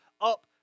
up